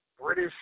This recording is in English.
British